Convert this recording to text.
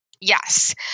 Yes